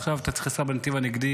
עכשיו אתה צריך לנסוע בנתיב הנגדי.